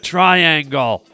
Triangle